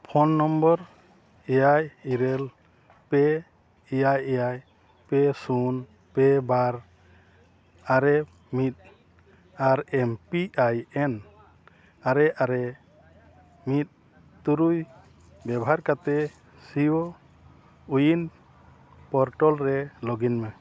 phone number ᱮᱭᱟᱭ ᱤᱨᱟᱹᱞ ᱯᱮ ᱮᱭᱟᱭ ᱮᱭᱟᱭ ᱯᱮ ᱥᱩᱱ ᱯᱮ ᱵᱟᱨ ᱟᱨᱮ ᱢᱤᱫ ᱟᱨ ᱮᱢ ᱯᱤ ᱟᱭ ᱮᱱ ᱟᱨᱮ ᱟᱨᱮ ᱢᱤᱫ ᱛᱩᱨᱩᱭ ᱵᱮᱵᱚᱦᱟᱨ ᱠᱟᱛᱮᱫ ᱥᱤᱭᱳ ᱩᱭᱤᱱ ᱯᱳᱨᱴᱟᱞ ᱨᱮ ᱞᱚᱜᱤᱱ ᱢᱮ